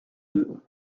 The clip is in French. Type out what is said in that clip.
deux